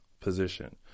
position